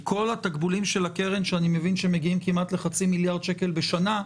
מכל התקבולים של הקרן שאני מבין שמגיעים כמעט לחצי מיליארד שקל בשנה,